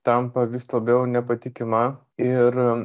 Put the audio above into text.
tampa vis labiau nepatikima ir